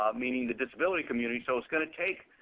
um meaning the disability community. so it's going to take,